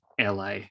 la